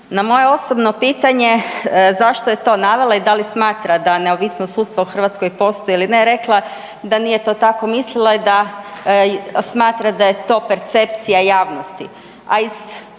Na moje osobno pitanje zašto je to navela i da li smatra da neovisnost sudstva u Hrvatskoj ili ne, rekla je da nije to tako mislila, smatra da je to percepcija javnosti